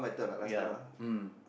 ya mm